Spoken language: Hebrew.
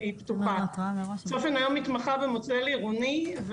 צופן מתמחה במודל עירוני,